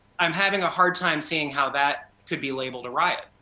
i'm having a hard time seeing how that could be labeled a riot.